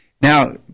Now